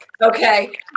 Okay